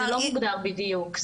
זה לא מוגדר בדיוק.